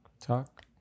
Talk